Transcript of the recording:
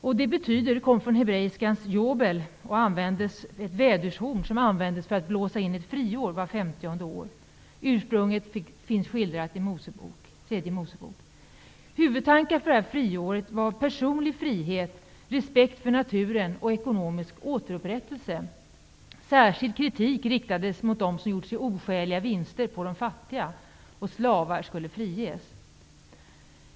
Namnet kommer från hebreiskans ''jobel'', ett vädurshorn som användes för att blåsa in ett friår vart femtionde år. Ursprunget finns skildrat i Tredje Huvudtankar för friåret var personlig frihet, respekt för naturen och ekonomisk återupprättelse. Särskild kritik riktades mot dem som gjort sig oskäliga vinster på de fattigas bekostnad. Slavar skulle friges.